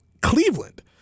Cleveland